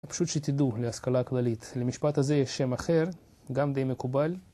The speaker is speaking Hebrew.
פשוט שתדעו להשכלה כללית, למשפט הזה יש שם אחר, גם די מקובל